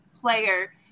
player